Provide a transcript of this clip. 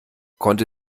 konnte